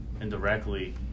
indirectly